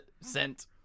sent